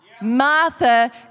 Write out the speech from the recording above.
Martha